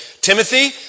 Timothy